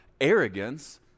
arrogance